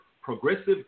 progressive